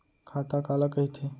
खाता काला कहिथे?